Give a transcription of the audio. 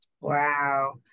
wow